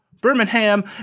Birmingham